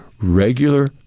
regular